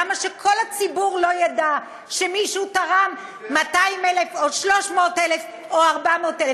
למה שכל הציבור לא ידע שמישהו תרם 200,000 או 300,000 או 400,000?